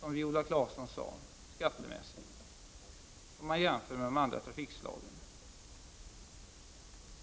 som Viola Claesson sade, skattemässigt gynnat, om man jämför med de andra trafikslagen.